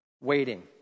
Waiting